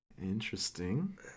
Interesting